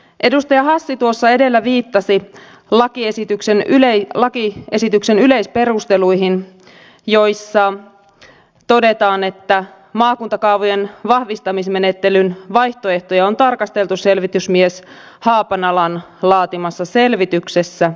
edustaja hassi edellä viittasi lakiesityksen yleisperusteluihin joissa todetaan että maakuntakaavojen vahvistamismenettelyn vaihtoehtoja on tarkasteltu selvitysmies haapanalan laatimassa selvityksessä